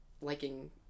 liking